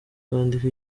kwandika